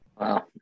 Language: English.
Wow